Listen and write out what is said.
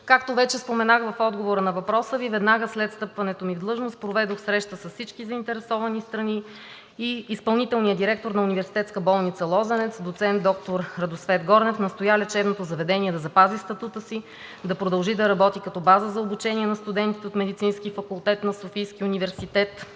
Както вече споменах в отговора на въпроса Ви, веднага след встъпването ми в длъжност проведох среща с всички заинтересовани страни. Изпълнителният директор на Университетска болница „Лозенец“ доцент доктор Радосвет Горнев настоя лечебното заведение да запази статута си, да продължи да работи като база за обучение на студентите от Медицинския факултет на Софийския университет